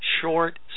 short